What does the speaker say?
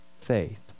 faith